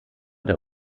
der